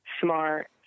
smart